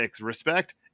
respect